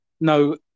no